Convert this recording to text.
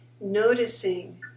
noticing